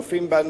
צופים בנו,